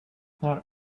not